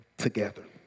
together